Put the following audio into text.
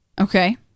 Okay